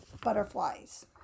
butterflies